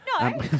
No